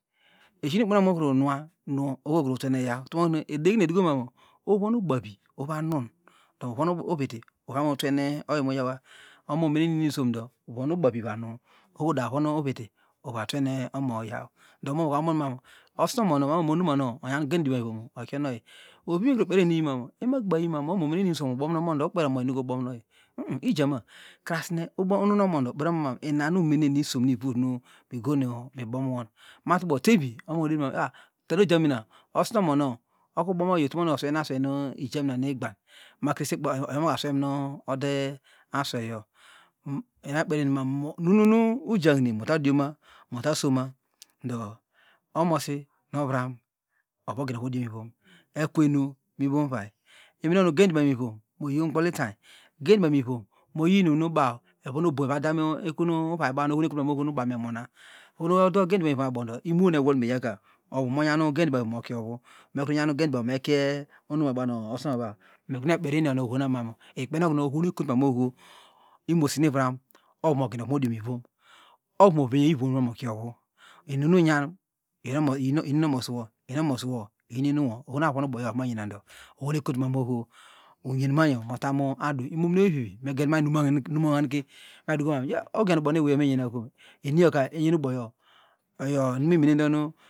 Eshi nu ikpeneokunu nuanu oho ulum twene uyaw tomo keme edegineye edukomamu uvonu ubavi unun do uvon uviti twenen omo iyaw do mumonmanu osnomonou manoka onumanow onyan gendimom ivom okienow ovivi kru mikperieni mamu omo omenen inum nu isom ubom oyi numu ijama krasne ubom nu omo ndo kper omongo ina inum nu umenen nu isom numu ivo bom non matubo tevi onoyr oderima oswey nasweyina na nu igban makrese oyi omako sweymunu de asweyo enamkperieni mama nunu ujahine motadioma mota soma omosi nu ovram ovu ogenovu odiomi vom ekwenu mivrom uvay ebine okinu gendionomaviom moyi ungbolitan gendiomamvom moyinumbaw evon obo evoda ekun uvaybaw ohono ekotun manu ohonu baw memona ohonu ode gendiomamivon abudo imo nu enolmeyeka ovu onyan gendioma mivom mokie ovu ekru nyan gendiomamivom mekie onomobaw nu osinomo baw okru me kperiyeni onu ohona mamu ohonu ekotu mam oho imosi nuivrom ovumogenovu midiomivom ovu mevenye ivomno mokieovu inum nu unyan iyin no omosiwo ino omosiwo iyi nu inuwo ohonu avonu uboyoyo avamanyenado ohonu ekotumamu oho unyenmany motan adu imominewey vivi genmay lomaraharn mandu anh egen ubonu eweyina evomeyenayo kom? Eniyo enyen uboyo iyo inum imendonu uyimamu